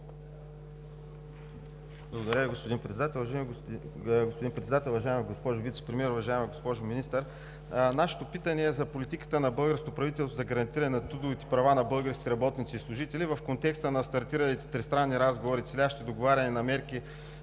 Благодаря, господин Председател!